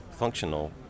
functional